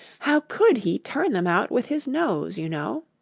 how could he turn them out with his nose you know